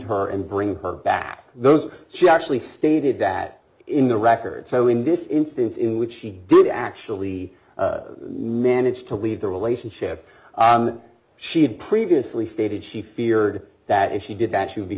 her and bring her back those she actually stated that in the record so in this instance in which she did actually manage to leave the relationship she had previously stated she feared that if she did that she would be